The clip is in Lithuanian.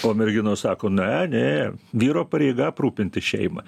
o merginos sako ne ne vyro pareiga aprūpinti šeimą